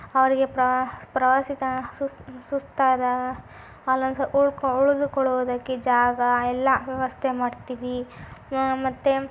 ಅವರಿಗೆ ಪ್ರವಾ ಪ್ರವಾಸಿ ತಾಣ ಸುಸ್ತು ಸುಸ್ತಾದಾಗ ಅಲ್ಲೊಂದ್ಸ್ವಲ್ಪ ಉಳ್ ಉಳಿದುಕೊಳ್ಳುವುದಕ್ಕೆ ಜಾಗ ಎಲ್ಲ ವ್ಯವಸ್ಥೆ ಮಾಡ್ತೀವಿ ಮತ್ತೆ